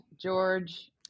george